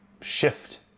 shift